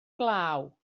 glaw